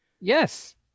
Yes